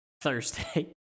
Thursday